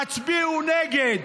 תצביעו נגד.